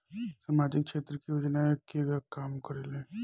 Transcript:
सामाजिक क्षेत्र की योजनाएं केगा काम करेले?